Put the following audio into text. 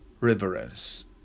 reverence